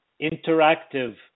interactive